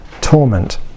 torment